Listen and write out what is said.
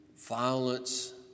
violence